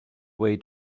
way